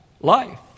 life